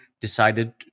decided